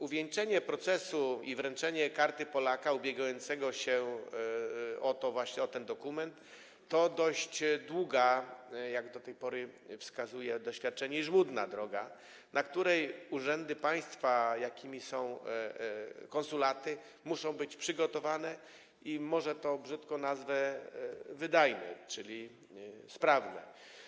Do zwieńczenia procesu i wręczenia Karty Polaka ubiegającemu się właśnie o ten dokument prowadzi dość długa, jak do tej pory wskazuje na to doświadczenie, i żmudna droga, na którą urzędy państwa, jakimi są konsulaty, muszą być przygotowane i muszą być, może to brzydko nazwę, wydajne, czyli sprawne.